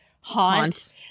haunt